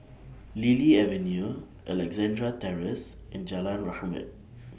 Lily Avenue Alexandra Terrace and Jalan Rahmat